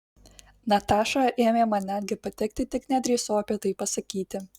nataša ėmė man netgi patikti tik nedrįsau apie tai pasakyti